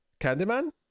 Candyman